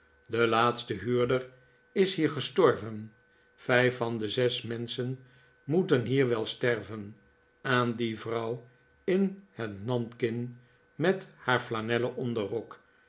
de laatste huurder is hier gestorven vijf van de zes menschen m o e t e n hier wel sterven aan die vrouw in het nanking met haar flanellen onderrok